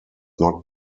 not